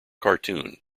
cartoon